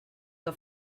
que